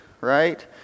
right